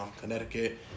Connecticut